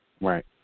Right